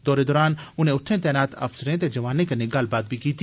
दौरे दरान उनें उत्थें तैनात अफसरें ते जवानें कन्नै गल्लबात बी कीती